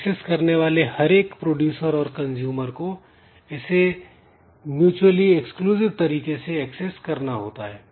access करने वाले हर एक प्रोड्यूसर और कंज्यूमर को इसे म्यूच्यूअल एक्सक्लूसिव तरीके से एक्सेस करना होता है